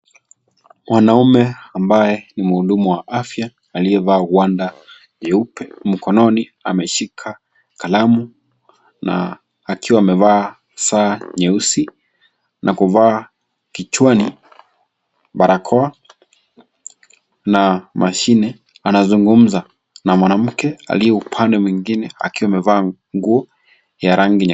Mwanaume ambaye ni muhudumu wa afya, aliyevaa gwanda jeupe. Mkononi ameshika kalamu, na akiwa amevaa saa nyeusi na kuvaa kichwani barakoa, na mashine anazungumza na mwanamke akiwa upande mwingine, akiwa amevaa nguo ya rangi ya.